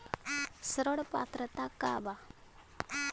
ऋण पात्रता का बा?